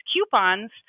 coupons